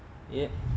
yep